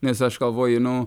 nes aš galvoju nu